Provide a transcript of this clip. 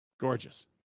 Gorgeous